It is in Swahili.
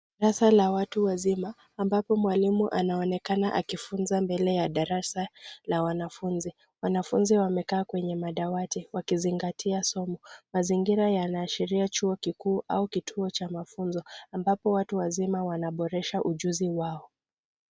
Darasa la watu wazima, ambapo mwalimu anaonekana akifunza mbele ya darasa la wanafunzi. Wanafunzi wamekaa kwenye madawati wakizingatia somo. Mazingira yanaashiria chuo kikuu au kituo cha mafunzo ambapo watu wazima wanaboresha ujuzi wao.